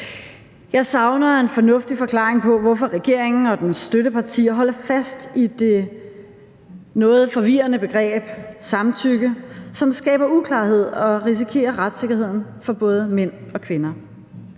Jeg savner en fornuftig forklaring på, hvorfor regeringen og dens støttepartier holder fast i det noget forvirrende begreb samtykke, som skaber uklarhed, og som risikerer at bringe både mænd og kvinders